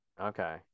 Okay